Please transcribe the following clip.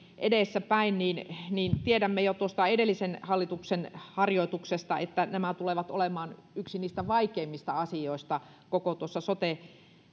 edessäpäin niin tiedämme jo tuosta edellisen hallituksen harjoituksesta että nämä tulevat olemaan yksi niistä vaikeimmista asioista koko sote